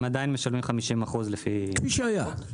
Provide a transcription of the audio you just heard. הם עדיין משלמים 50% כפי שהיה.